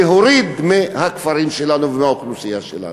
להוריד מהכפרים שלנו ומהאוכלוסייה שלנו.